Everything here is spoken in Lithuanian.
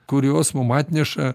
kurios mum atneša